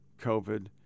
COVID